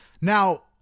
Now